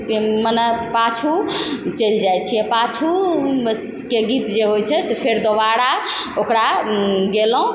मने पाछू चलि जाइ छियै पाछूके गीत जे होइ छै से फेर दोबारा ओकरा गयलहुँ